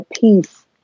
peace